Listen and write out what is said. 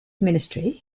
ministry